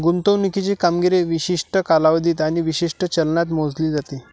गुंतवणुकीची कामगिरी विशिष्ट कालावधीत आणि विशिष्ट चलनात मोजली जाते